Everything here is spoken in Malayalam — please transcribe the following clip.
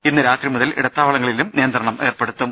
ഇന്ന് രാത്രി മുതൽ ഇടത്താവളങ്ങളിലും നിയന്ത്രണം ഏർപ്പെടുത്തും